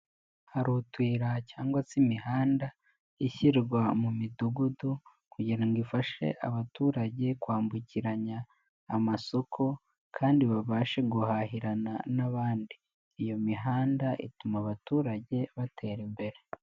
Hari utuyira cyangwa se imihanda ishyirwa mu Midugudu kugira ngo ifashe abaturage kwambukiranya amasoko kandi babashe guhahirana n'abandi, iyo mihanda ituma abaturage batera imbere.